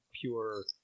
pure